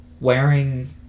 wearing